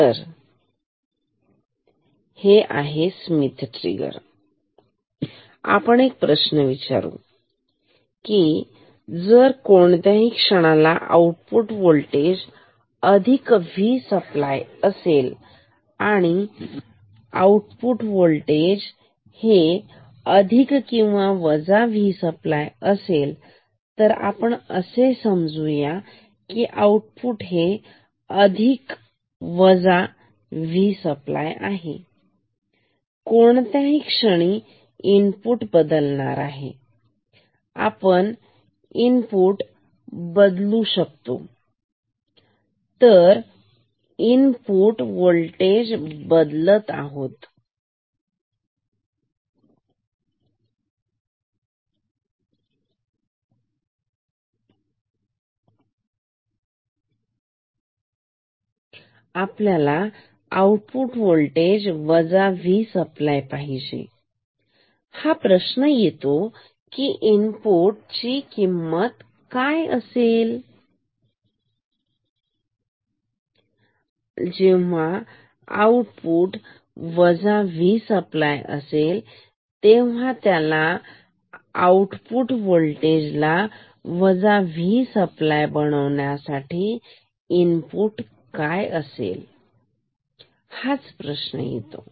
तर हे आपले स्मिथ ट्रिगर आहे आपण एक प्रश्न विचारू तर प्रश्न असा आहे की जर कोणत्याही क्षणाला आउटपुट होल्टेज अधिक व सप्लाय असेल आणि आऊटपुट वोल्टेज अधिक किंवा V सप्लाय असेल तर आपण असे समजूया की आउटपुट वोल्टेज अधिक व सप्लाय आहे कोणत्याही क्षणी आणि इनपुट बदलत आहोत आपण इनपुट बदलू शकतो तर आपण इनपुट वोल्टेज बदलत आहोत आपल्याला आउटपुट वोल्टेज V सप्लाय पाहिजे तर प्रश्न असा येतो कि इनपुट ची किंमत काय असेल आउटपुट वोल्टेज V सप्लाय बनवण्यासाठी आणि हाच इथे प्रश्न आहे